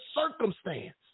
circumstance